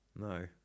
No